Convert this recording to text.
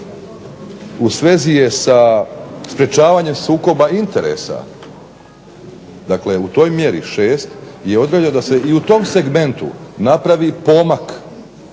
u svezi je sa sprečavanjem sukoba interesa, u toj mjeri 6. da se u tom segmentu napravi pomak,